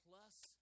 plus